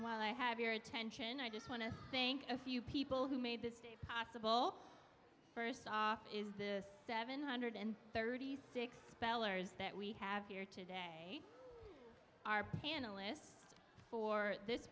while i have your attention i just want to thank a few people who made this possible first is this seven hundred and thirty six spellers that we have here today our panelists for this